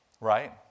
Right